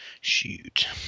Shoot